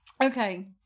Okay